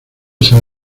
san